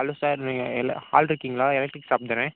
hello sir நீங்கள் எல்லா ஆள் இருக்கீங்களா எலெக்ட்ரிக் ஷாப் தானே